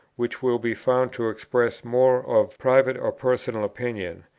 which will be found to express more of private or personal opinion,